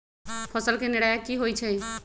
फसल के निराया की होइ छई?